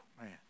man